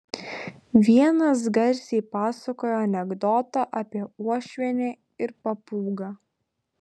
vienas garsiai pasakojo anekdotą apie uošvienę ir papūgą